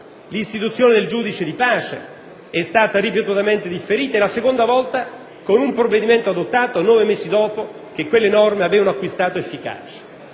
l'istituzione del giudice di pace è stata ripetutamente differita e la seconda volta con un provvedimento adottato nove mesi dopo che quelle norme avevano acquistato efficacia;